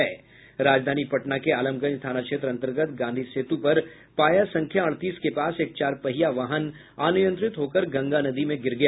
राजधनी पटना के आलमगंज थाना क्षेत्र अंतर्गत गांधी सेतु पर पाया संख्या अड़तीस के पास एक चार पहिया वाहन अनियंत्रित होकर गंगा नदी में गिर गया